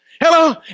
Hello